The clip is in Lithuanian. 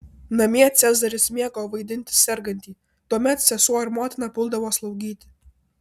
namie cezaris mėgo vaidinti sergantį tuomet sesuo ir motina puldavo slaugyti